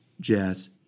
jazz